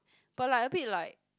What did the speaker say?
but like a bit like